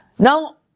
Now